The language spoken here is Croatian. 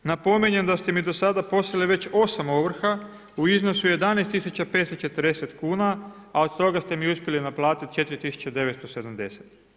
Napominjem da ste mi do sada poslali već 8 ovrha u iznosu 11 540 kuna, a od toga ste mi uspjeli naplatit 4970.